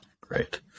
Great